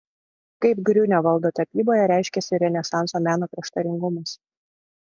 kaip griunevaldo tapyboje reiškėsi renesanso meno prieštaringumas